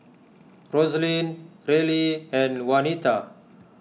Roslyn Reilly and Waneta